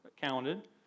counted